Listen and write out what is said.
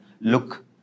look